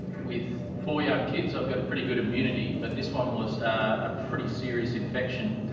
with four young kids, i've got a pretty good immunity, but this one was ah pretty serious infection,